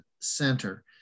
center